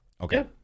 Okay